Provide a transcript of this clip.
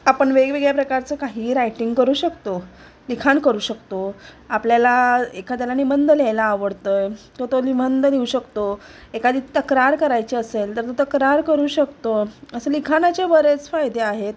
आपण वेगवेगळ्या प्रकारचं काहीही रायटिंग करू शकतो लिखाण करू शकतो आपल्याला एखाद्याला निबंध लिहायला आवडत आहे तो तो निबंध लिऊ शकतो एखादी तक्रार करायची असेल तर तो तक्रार करू शकतो असं लिखाणाचे बरेच फायदे आहेत